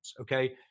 okay